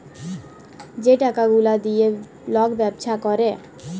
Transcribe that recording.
যে টাকা গুলা দিঁয়ে লক ব্যবছা ক্যরে